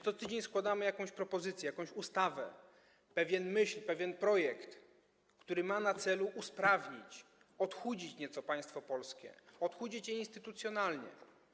Co tydzień przedkładamy jakąś propozycję, jakąś ustawę, pewną myśl, pewien projekt, które mają na celu usprawnić, odchudzić nieco państwo polskie, odchudzić je instytucjonalnie.